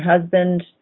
husband